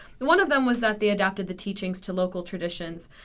one of them was that they adapted the teachings to local traditions.